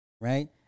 Right